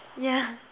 yeah